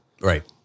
Right